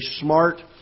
smart